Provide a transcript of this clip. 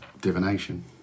divination